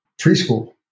preschool